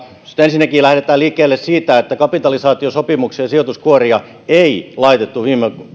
ensinnäkin lähdetään liikkeelle siitä että kapitalisaatio sopimuksia ja sijoituskuoria ei laitettu viime